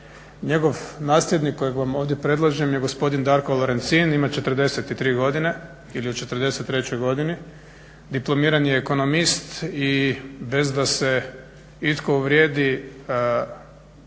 Njegov nasljednik kojeg vam ovdje predlažem je gospodin Darko Lorencin, ima 43 godine, ili je u 43 godini. Diplomirani je ekonomist i bez da se itko uvrijedi,